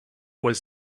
was